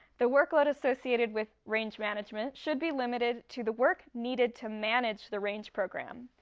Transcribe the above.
the workload associated with range management should be limited to the work needed to manage the range program.